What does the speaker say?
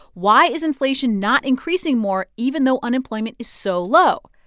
why is inflation not increasing more even though unemployment is so low?